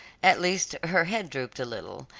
at least her head drooped a little,